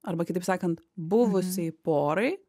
arba kitaip sakant buvusiai porai